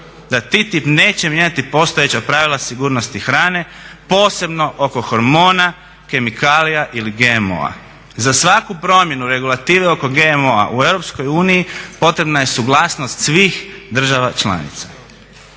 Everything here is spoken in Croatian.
da TTIP neće mijenjati postojeća pravila sigurnosti hrane, posebno oko hormona, kemikalija ili GMO-a. Za svaku promjenu regulative oko GMO-a u Europskoj uniji potrebna je suglasnost svih država članica.